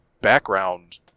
background